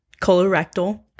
colorectal